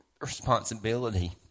responsibility